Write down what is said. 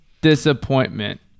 disappointment